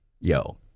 Yo